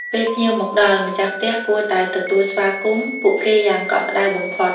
ពេលភ្ញៀវមកដល់ ម្ចាស់ផ្ទះគួរតែទទួលស្វាគមន៍ ពួកគេយ៉ាងកក់ក្ដៅបំផុត។